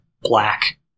black